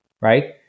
right